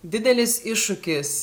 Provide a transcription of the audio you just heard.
didelis iššūkis